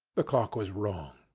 the clock was wrong.